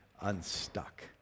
unstuck